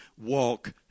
walk